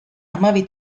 hamabi